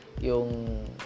yung